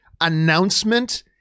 Announcement